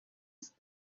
است